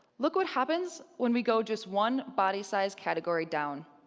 look what happens when we go just one body-size category down.